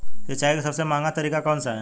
सिंचाई का सबसे महंगा तरीका कौन सा है?